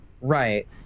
right